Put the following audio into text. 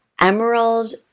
emerald